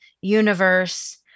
universe